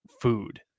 food